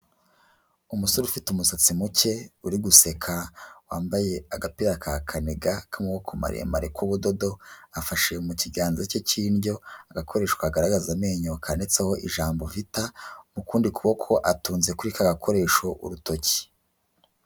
Umusore ufite umusatsi muke uri guseka, wambaye agapira ka kaniga k'amaboko maremare k'ubudodo, afashe mu kiganza cye cy'inryo agakoresho kagaragaza amenyo kanditseho ijambo "vita", ukundi kuboko atunze kuri ka gakoresho urutoki.